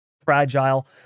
fragile